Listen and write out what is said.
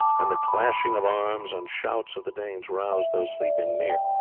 and the clashing of arms and shouts of the danes roused those sleeping near,